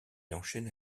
enchaîne